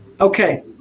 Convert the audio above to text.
Okay